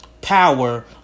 power